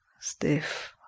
Stiff